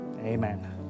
Amen